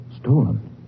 Stolen